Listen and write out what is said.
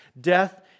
Death